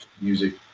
music